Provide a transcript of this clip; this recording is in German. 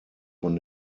von